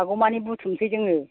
हागौमानि बुथुमनोसै जोङो